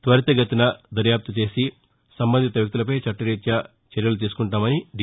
త్వరితగతిన దర్యాప్తు పూర్తిచేసి సంబంధిత వ్యక్తులపై చట్టరీత్యా చర్యలు తీసుకుంటామని డీ